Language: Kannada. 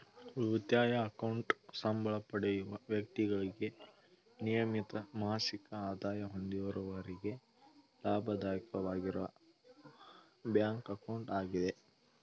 ಉಳಿತಾಯ ಅಕೌಂಟ್ ಸಂಬಳ ಪಡೆಯುವ ವ್ಯಕ್ತಿಗಳಿಗೆ ನಿಯಮಿತ ಮಾಸಿಕ ಆದಾಯ ಹೊಂದಿರುವವರಿಗೆ ಲಾಭದಾಯಕವಾಗಿರುವ ಬ್ಯಾಂಕ್ ಅಕೌಂಟ್ ಆಗಿದೆ